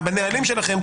בנהלים שלכם,